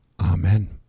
Amen